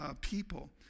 people